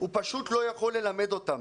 הוא פשוט לא יכול ללמד אותם.